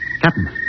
Captain